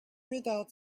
without